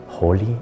Holy